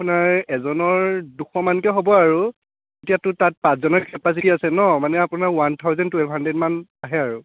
আপোনাৰ এজনৰ দুশ মানকৈ হ'ব আৰু এতিয়াতো তাত পাঁচজনৰ কেপাচিটি আছে ন মানে আপোনাৰ ওৱান থাউজেণ্ড টুৱেলভ হাণড্ৰেদ মান আহে আৰু